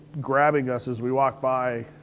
grabbing us as we walked by,